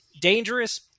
dangerous